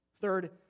Third